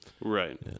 Right